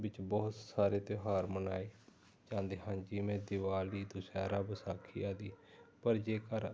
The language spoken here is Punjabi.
ਵਿੱਚ ਬਹੁਤ ਸਾਰੇ ਤਿਉਹਾਰ ਮਨਾਏ ਜਾਂਦੇ ਹਨ ਜਿਵੇਂ ਦੀਵਾਲੀ ਦੁਸਹਿਰਾ ਵਿਸਾਖੀ ਆਦਿ ਪਰ ਜੇਕਰ